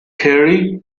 curry